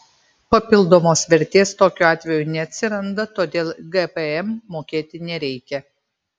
papildomos vertės tokiu atveju neatsiranda todėl gpm mokėti nereikia